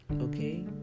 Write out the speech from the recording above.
okay